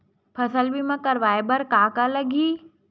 फसल बीमा करवाय बर का का लगही?